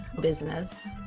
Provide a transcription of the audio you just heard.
business